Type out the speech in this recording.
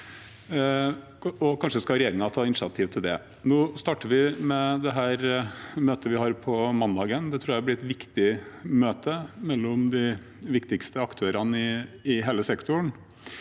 kanskje skal regjeringen ta initiativ til det. Nå starter vi med det møtet vi har på mandagen. Det tror jeg blir et viktig møte mellom de viktigste aktørene i hele sektoren.